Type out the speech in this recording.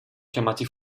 chiamati